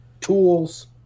tools